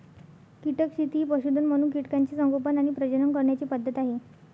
कीटक शेती ही पशुधन म्हणून कीटकांचे संगोपन आणि प्रजनन करण्याची पद्धत आहे